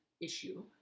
issue